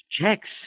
Checks